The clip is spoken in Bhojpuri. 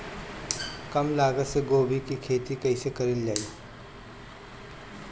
कम लागत मे गोभी की खेती कइसे कइल जाला?